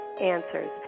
answers